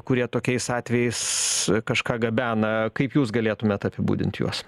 kurie tokiais atvejais kažką gabena kaip jūs galėtumėt apibūdint juos